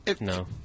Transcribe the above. No